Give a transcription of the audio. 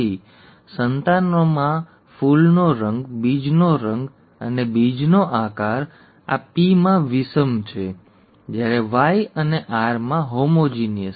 ચાલો આપણે કહીએ કે આપણને નીચેના ત્રણ અક્ષરોમાં રસ છે PpYyRr અને Ppyyrr વચ્ચેના ક્રોસમાંથી સંતાનોમાં ફૂલનો રંગ બીજનો રંગ અને બીજનો આકાર આ Pમાં વિષમ છે જ્યારે Y અને R માં હોમોઝીગસ છે